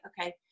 okay